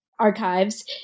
Archives